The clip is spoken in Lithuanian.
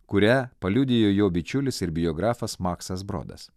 kurią paliudijo jo bičiulis ir biografas maksas brodas